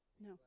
No